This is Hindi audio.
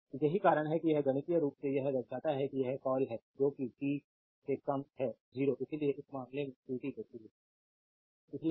तो यही कारण है कि यह गणितीय रूप से यह दर्शाता है कि क्या कॉल है जो कि t से कम है 0 इसलिए इस मामले में qt 0